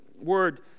word